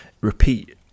Repeat